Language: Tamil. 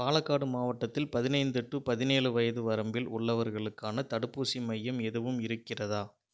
பாலக்காடு மாவட்டத்தில் பதினைந்து டு பதினேழு வயது வரம்பில் உள்ளவர்களுக்கான தடுப்பூசி மையம் எதுவும் இருக்கிறதா